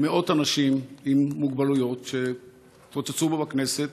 מאות אנשים עם מוגבלויות שהתרוצצו פה בכנסת,